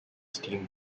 steam